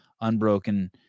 unbroken